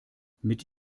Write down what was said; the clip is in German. mit